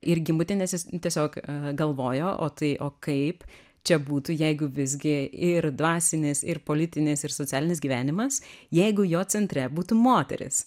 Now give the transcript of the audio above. ir gimbutienės jis tiesiog galvojo o tai o kaip čia būtų jeigu visgi ir dvasinis ir politinis ir socialinis gyvenimas jeigu jo centre būtų moteris